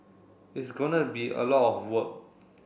it's gonna be a lot of work